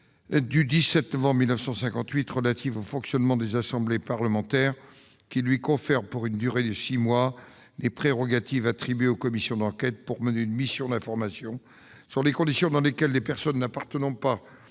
du 17 novembre 1958 relative au fonctionnement des assemblées parlementaires, de lui conférer, pour une durée de six mois, les prérogatives attribuées aux commissions d'enquête, pour mener une mission d'information sur les conditions dans lesquelles des personnes n'appartenant pas